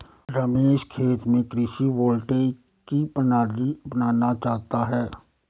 रमेश खेत में कृषि वोल्टेइक की प्रणाली अपनाना चाहता है